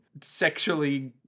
sexually